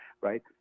right